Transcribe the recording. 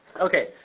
Okay